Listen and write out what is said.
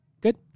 Good